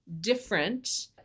different